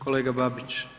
Kolega Babić,